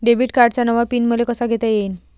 Debit कार्डचा नवा PIN मले कसा घेता येईन?